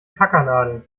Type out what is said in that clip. tackernadeln